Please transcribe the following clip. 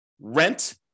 rent